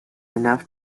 enough